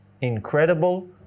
incredible